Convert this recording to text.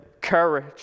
courage